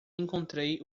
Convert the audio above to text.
encontrei